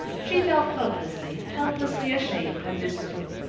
she felt hopelessly, helplessly ashamed and miserable.